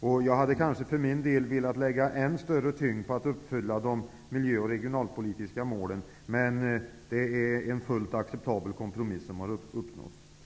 Jag hade kanske för min del velat lägga än större vikt vid att de miljö och regionalpolitiska målen skall uppfyllas, men det är en fullt acceptabel kompromiss som har uppnåtts.